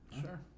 Sure